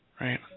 Right